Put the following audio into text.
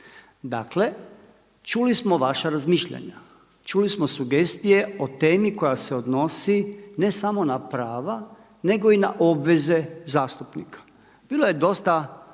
Dakle, čuli smo vaša razmišljanja, čuli smo sugestije o temi koja se odnosi ne samo na prava nego i na obveze zastupnika. Bilo je dosta